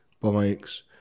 bikes